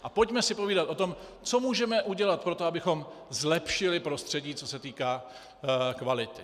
A pojďme si povídat o tom, co můžeme udělat pro to, abychom zlepšili prostředí, co se týká kvality.